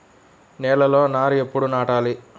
నేలలో నారు ఎప్పుడు నాటాలి?